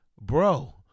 Bro